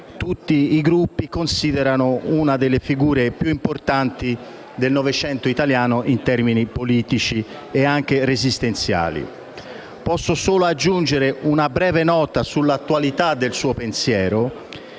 tutti i Gruppi considerano tra le più importanti del Novecento italiano in termini politici e anche resistenziali. Posso solo aggiungere una breve nota sull'attualità del suo pensiero